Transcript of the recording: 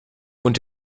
und